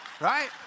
right